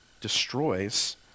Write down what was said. destroys